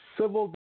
Civil